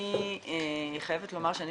אני חייבת לומר שאני